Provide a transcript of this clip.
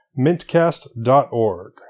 mintcast.org